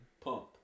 pump